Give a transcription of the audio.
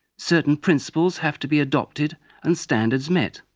certain principles have to be adopted and standards met.